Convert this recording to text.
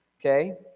okay